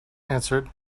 answered